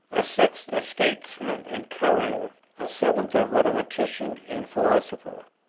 a sixth a statesman and courtier, a seventh a rhetorician and philosopher.